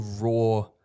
raw